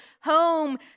home